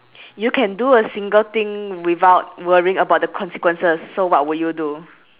you can do a single thing without worrying about the consequences so what would you do